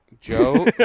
Joe